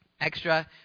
extra